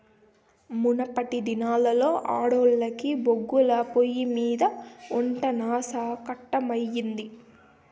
మునపటి దినాల్లో ఆడోల్లకి బొగ్గుల పొయ్యిమింద ఒంట శానా కట్టమయ్యేది